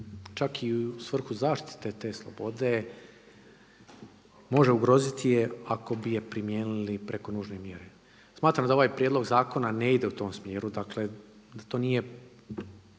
čak i u svrhu zaštite te slobode može ugroziti je ako bi je primijenili preko nužne mjere. Smatram da ovaj prijedlog zakona ne ide u tom smjeru, dakle da to nije